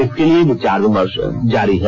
इसके लिए विचार विमर्श जारी है